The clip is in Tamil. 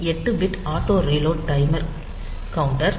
8 bit auto reload timer counter